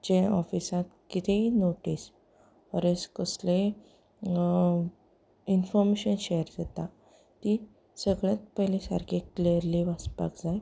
जें ऑफिसांत कितेंय नोटीस ऑर एल्स कसलेंय इनफोमेशन शेअर जाता ती सगळ्यांत पयलीं सारकी क्लियरली वाचपाक जाय